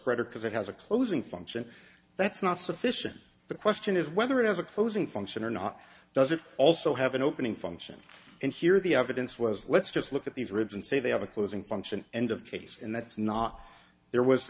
or because it has a closing function that's not sufficient the question is whether it has a closing function or not does it also have an opening function and here the evidence was let's just look at these rigs and say they have a closing function and of taste and that's not there was